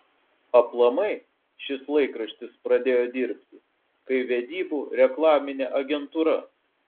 aplamai šis laikraštis pradėjo dirbti kaip vedybų reklaminė agentūra